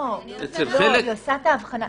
לא, היא עושה את ההבחנה.